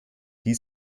dem